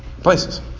places